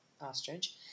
ostrich